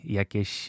jakieś